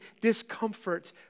discomfort